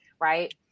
right